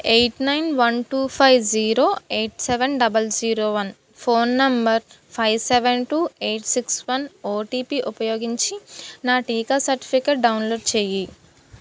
eight nine one two five zero eight seven double zero one phone number five seven two eight six one OTP ఉపయోగించి నా టీకా certificate download చేయి